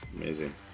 Amazing